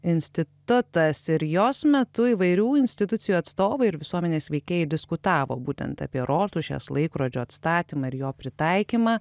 institutas ir jos metu įvairių institucijų atstovai ir visuomenės veikėjai diskutavo būtent apie rotušės laikrodžio atstatymą ir jo pritaikymą